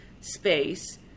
space